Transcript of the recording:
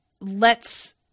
lets